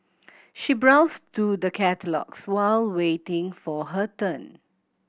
she browsed through the catalogues while waiting for her turn